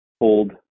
hold